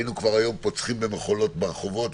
היינו כבר היום פוצחים במחולות ברחובות,